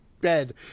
bed